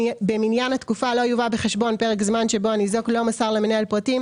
במניין התקופה לא יובא בחשבון פרק הזמן שבו הניזוק לא מסר למנהל פרטים,